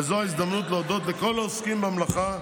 וזו ההזדמנות להודות לכל העוסקים במלאכה,